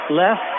left